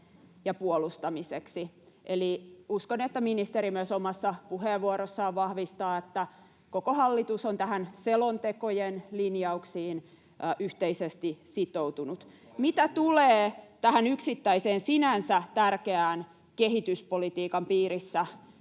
tavalla?] eli uskon, että ministeri myös omassa puheenvuorossaan vahvistaa, että koko hallitus on näihin selontekojen linjauksiin yhteisesti sitoutunut. Mitä tulee tähän yksittäiseen, sinänsä tärkeään kehityspolitiikan piirissä